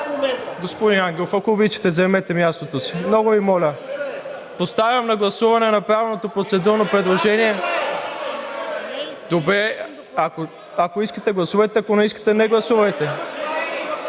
Господин Ангелов, ако обичате, заемете мястото си. Много Ви моля. Поставям на гласуване направеното процедурно предложение… (Реплика: „14,00 часът е!“) Добре, ако искате, гласувайте – ако не искате, не гласувайте.